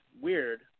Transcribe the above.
weird